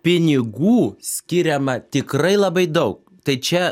pinigų skiriama tikrai labai daug tai čia